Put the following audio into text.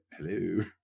hello